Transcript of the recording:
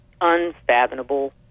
unfathomable